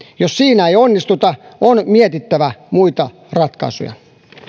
jos siinä ei onnistuta on mietittävä muita ratkaisuja